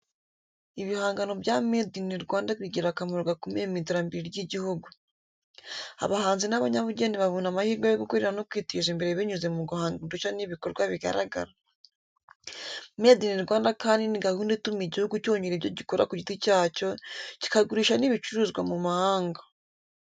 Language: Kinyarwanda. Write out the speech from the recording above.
Ibihangano bya “Made in Rwanda” bigira akamaro gakomeye mu iterambere ry’igihugu. Abahanzi n’abanyabugeni babona amahirwe yo gukora no kwiteza imbere binyuze mu guhanga udushya n’ibikorwa bigaragara. Made in Rwanda kandi ni gahunda ituma igihugu cyongera ibyo gikora ku giti cyacyo, kikagurisha n'ibicuruzwa mu mahanga.